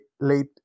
late